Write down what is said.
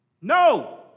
No